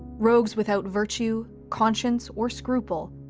rogues without virtue, conscience or scruple,